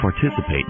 participate